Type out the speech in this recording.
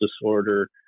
disorder